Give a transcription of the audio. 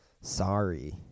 Sorry